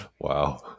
Wow